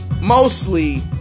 mostly